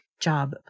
job